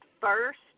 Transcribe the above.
first